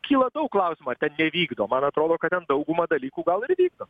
kyla daug klausimų ar ten nevykdo man atrodo kad ten daugumą dalykų gal ir vygdo